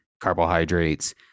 carbohydrates